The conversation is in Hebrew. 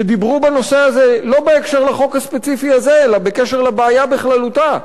שדיברו בנושא הזה לא בהקשר של החוק הספציפי הזה אלא בקשר לבעיה בכללותה,